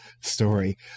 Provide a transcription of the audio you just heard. story